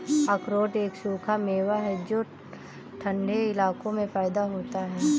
अखरोट एक सूखा मेवा है जो ठन्डे इलाकों में पैदा होता है